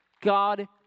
God